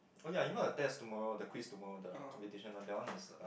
oh ya you know the test tomorrow the quiz tomorrow the competition one that one is a